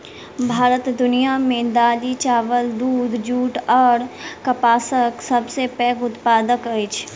भारत दुनिया मे दालि, चाबल, दूध, जूट अऔर कपासक सबसे पैघ उत्पादक अछि